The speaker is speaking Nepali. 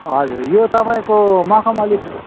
हजुर यो तपाईँको मखमली